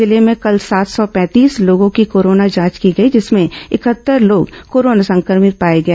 जिले में कल सात सौ पैंतीस लोगों की कोरोना जांच की गई जिसमें इकहत्तर लोग कोरोना संक्रमित पाए गए